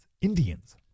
Indians